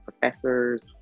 professors